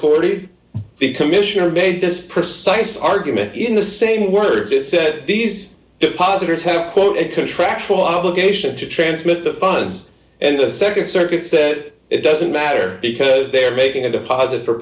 forty the commissioner made this precise argument in the same words it said these depositors have quote a contractual obligation to transmit the funds and the nd circuit said it it doesn't matter because they are making a deposit for